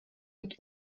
mit